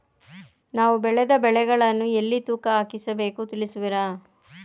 ನಾವು ಬೆಳೆದ ಬೆಳೆಗಳನ್ನು ಎಲ್ಲಿ ತೂಕ ಹಾಕಿಸ ಬೇಕು ತಿಳಿಸುವಿರಾ?